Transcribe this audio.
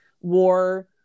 war